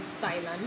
silent